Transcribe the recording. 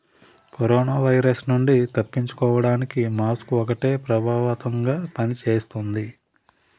corona virus నుండి తప్పించుకోడానికి mask ఒక్కటే ప్రభావవంతంగా పని చేస్తుంది